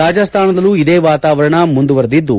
ರಾಜಸ್ತಾನದಲ್ಲೂ ಇದೇ ವಾತಾವರಣ ಮುಂದುವರೆದಿದ್ಲು